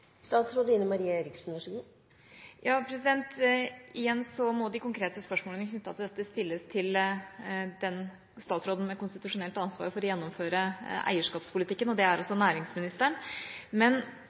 Igjen må de konkrete spørsmålene knyttet til dette stilles til den statsråden som har konstitusjonelt ansvar for å gjennomføre eierskapspolitikken, og det er altså næringsministeren. Men: Det er også